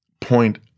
point